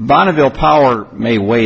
bonneville power may w